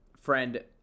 friend –